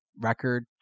record